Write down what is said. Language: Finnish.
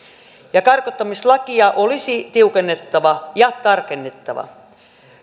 ja karkottamislakia olisi tiukennettava ja tarkennettava